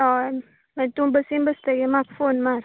हय मागीर तूं बसीन बसतकीर म्हाका फोन मार